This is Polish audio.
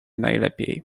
najlepiej